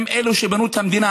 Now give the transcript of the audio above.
הם אלו שבנו את המדינה.